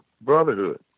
brotherhood